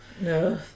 no